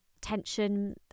tension